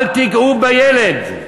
אל תיגעו בילד,